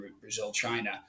Brazil-China